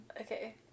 Okay